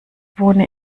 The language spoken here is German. wohne